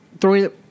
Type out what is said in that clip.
Throwing